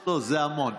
לא, זה המון.